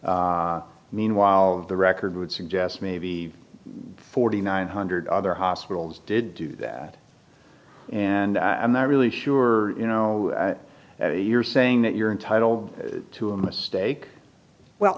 meanwhile the record would suggest maybe forty nine hundred other hospitals did do that and i'm not really sure you know that a you're saying that you're entitled to a mistake well